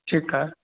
ठीकु आहे